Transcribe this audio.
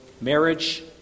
marriage